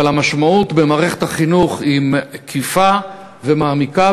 אבל המשמעות במערכת החינוך היא מקיפה ומעמיקה,